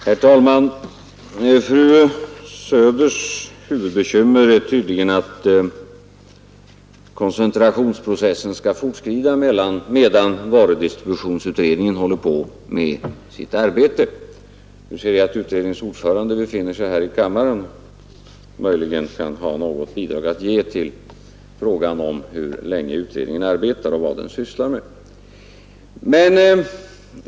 Herr talman! Fru Söders huvudbekymmer är tydligen att koncentrationsprocessen skall fortskrida medan varudistributionsutredningen håller på med sitt arbete. Nu ser jag att utredningens ordförande befinner sig här i kammaren, och hon kan möjligen ha något bidrag att ge till diskussionen om hur länge utredningen arbetar och vad den sysslar med.